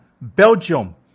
Belgium